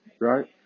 Right